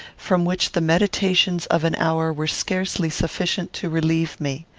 from which the meditations of an hour were scarcely sufficient to relieve me.